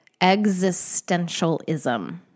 existentialism